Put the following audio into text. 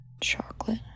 chocolate